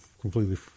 completely